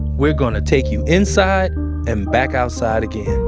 we're going to take you inside and back outside again